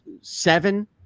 seven